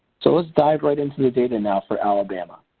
so let's dive right into the data now for alabama.